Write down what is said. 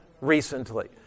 recently